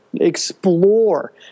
Explore